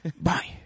Bye